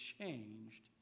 changed